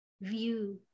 view